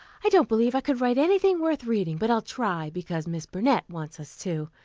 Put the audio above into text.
i don't believe i could write anything worth reading, but i'll try, because miss burnett wants us to,